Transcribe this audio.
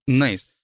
nice